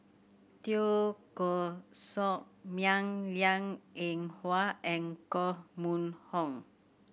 Teo Koh Sock Miang Liang Eng Hwa and Koh Mun Hong